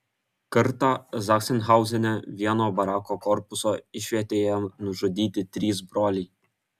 kartą zachsenhauzene vieno barako korpuso išvietėje nužudyti trys broliai